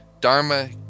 Dharma